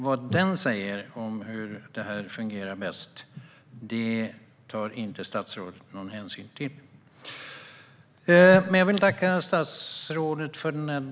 Vad den säger om hur detta fungerar bäst tar inte statsrådet någon hänsyn till. Jag vill tacka statsrådet för debatten.